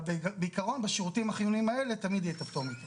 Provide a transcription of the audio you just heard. אבל בעיקרון בשירותים החיוניים האלה תמיד יהיה את הפטור מתור